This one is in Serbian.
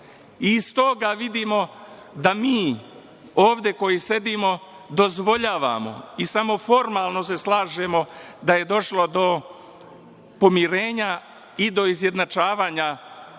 Iz toga vidimo da mi, ovde koji sedimo dozvoljavamo i samo se formalno slažemo da je došlo do pomirenja i do izjednačavanja